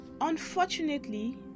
Unfortunately